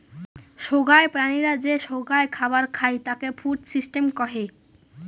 সোগায় প্রাণীরা যে সোগায় খাবার খাই তাকে ফুড সিস্টেম কহে